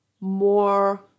more